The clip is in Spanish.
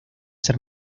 ser